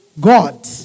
God